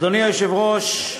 אדוני היושב-ראש,